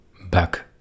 back